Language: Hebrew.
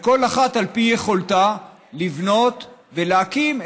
ולבנות ולהקים,